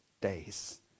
days